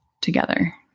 together